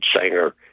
singer